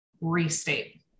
restate